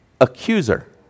accuser